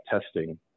testing